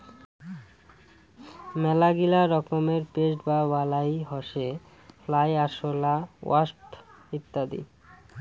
মেলাগিলা রকমের পেস্ট বা বালাই হসে ফ্লাই, আরশোলা, ওয়াস্প ইত্যাদি